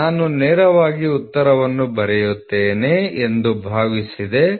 ನಾನು ನೇರವಾಗಿ ಉತ್ತರವನ್ನು ಬರೆಯುತ್ತೇನೆ ಎಂದು ಭಾವಿಸಿದೆ 4